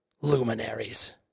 luminaries